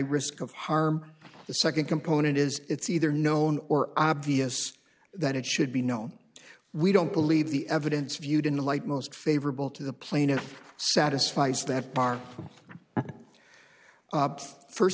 risk of harm the second component is it's either known or obvious that it should be no we don't believe the evidence viewed in the light most favorable to the plaintiff satisfies that part first